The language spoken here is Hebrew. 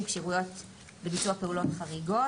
(כשירויות לביצוע פעולות חריגות),